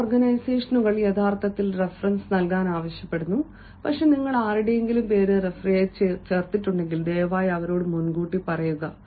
ചില ഓർഗനൈസേഷനുകൾ യഥാർത്ഥത്തിൽ റഫറൻസ് നൽകാൻ ആവശ്യപ്പെടുന്നു പക്ഷേ നിങ്ങൾ ആരുടെയെങ്കിലും പേര് റഫറിയായി ചേർത്തിട്ടുണ്ടെങ്കിൽ ദയവായി അവരോട് മുൻകൂട്ടി പറയുക